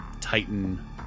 Titan